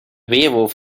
weerwolf